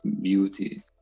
beauty